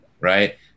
right